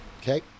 Okay